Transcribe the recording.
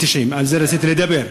על זה רציתי לדבר.